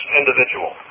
individual